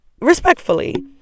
respectfully